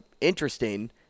interesting